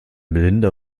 melinda